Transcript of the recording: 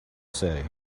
say